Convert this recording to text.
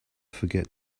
forget